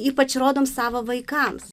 ypač rodom savo vaikams